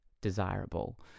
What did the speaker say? desirable